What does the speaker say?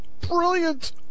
Brilliant